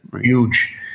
huge